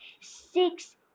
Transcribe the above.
six